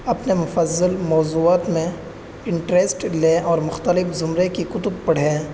اپنے مفضل موضوعات میں انٹریسٹ لیں ایک زمرے کی کتب پڑھیں